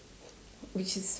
which is